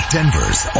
Denver's